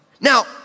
Now